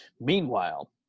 Meanwhile